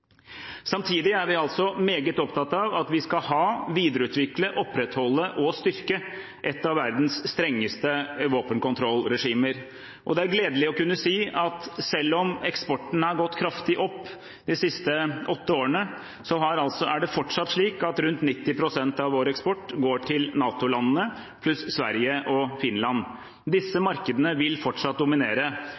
Samtidig er vi meget opptatt av at vi skal ha, videreutvikle, opprettholde og styrke et av verdens strengeste våpenkontrollregimer. Det er gledelig å kunne si at selv om eksporten har gått kraftig opp de siste åtte årene, er det fortsatt slik at rundt 90 pst. av vår eksport går til NATO-landene pluss Sverige og Finland. Disse markedene vil fortsatt dominere,